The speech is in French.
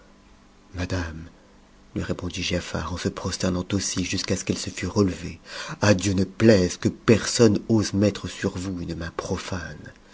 dame lui répondit giafar en se prosternant aussi jusqu'à ce qu'elle se tut relevée à dieu ne plaise que personne ose mettre sur vous une main profane